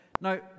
Now